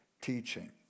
teaching